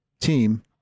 team